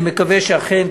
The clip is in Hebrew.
אני מקווה שאכן,